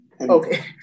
Okay